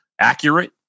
accurate